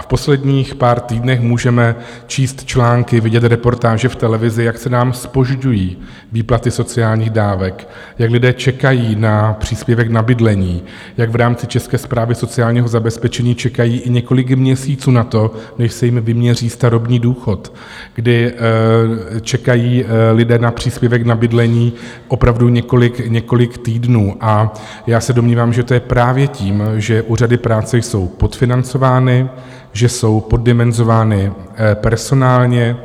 A v posledních pár týdnech můžeme číst články, vidět reportáže v televizi, jak se nám zpožďují výplaty sociálních dávek, jak lidé čekají na příspěvek na bydlení, jak v rámci České správy sociálního zabezpečení čekají i několik měsíců na to, než se jim vyměří starobní důchod, kdy čekají lidé na příspěvek na bydlení opravdu několik týdnů, a já se domnívám, že to je právě tím, že úřady práce jsou podfinancovány, že jsou poddimenzovány personálně.